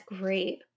great